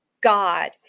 God